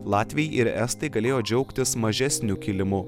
latviai ir estai galėjo džiaugtis mažesniu kilimu